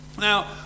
Now